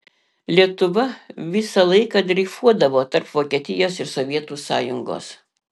lietuva visą laiką dreifuodavo tarp vokietijos ir sovietų sąjungos